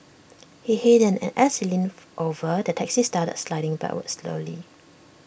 he hadn't and as he leaned over the taxi started sliding backwards slowly